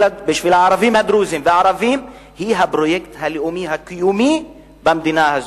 בשביל הערבים הדרוזים והערבים היא הפרויקט הלאומי הקיומי במדינה הזו,